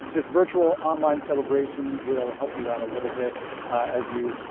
this virtual online celebration will help you out a little bit as you.